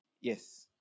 Yes